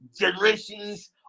generations